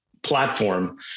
platform